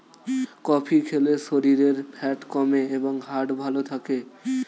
coffee খেলে শরীরের fat কমে এবং হার্ট ভালো থাকে